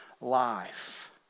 life